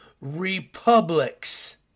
Republics